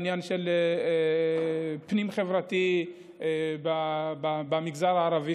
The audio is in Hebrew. פנים-חברתי במגזר הערבי,